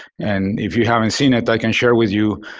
and if you haven't seen it, i can share with you